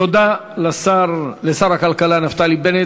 תודה לשר הכלכלה נפתלי בנט.